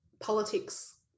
politics